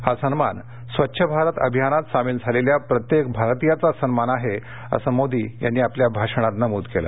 हा सन्मान स्वच्छभारत अभियानात सामील झालेल्या प्रत्येक भारतीयाचा सन्मान आहे असं मोदी यांनीआपल्या भाषणात नमूद केलं